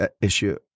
issue